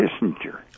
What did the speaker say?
Kissinger